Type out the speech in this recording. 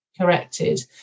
corrected